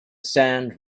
sand